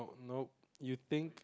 nope you think